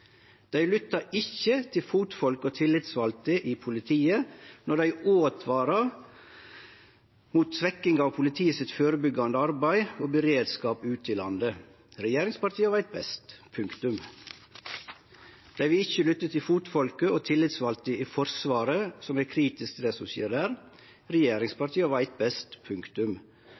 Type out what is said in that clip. Dei lyttar ikkje til fotfolk og tillitsvalde i politiet når desse åtvarar mot svekking av det førebyggjande arbeidet og beredskapen til politiet ute i landet. Regjeringspartia veit best – punktum. Dei vil ikkje lytte til fotfolket og tillitsvalde i Forsvaret, som er kritiske til det som skjer der. Regjeringspartia veit best – punktum.